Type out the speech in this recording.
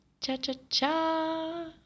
cha-cha-cha